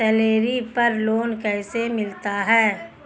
Salary पर loan कैसे मिलता है?